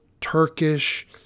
Turkish